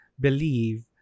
believe